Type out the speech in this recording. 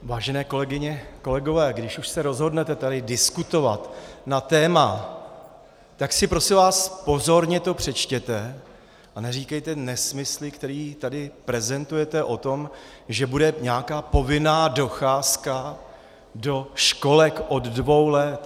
Vážené kolegyně, kolegové, když už se rozhodnete tady diskutovat na téma, tak si to prosím vás pozorně přečtěte a neříkejte nesmysly, které tu prezentujete, o tom, že bude nějaká povinná docházka do školek od dvou let.